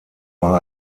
war